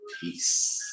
Peace